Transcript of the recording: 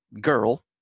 girl